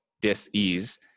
dis-ease